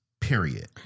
period